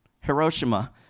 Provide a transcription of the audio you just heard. Hiroshima